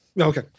Okay